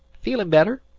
feelin' better?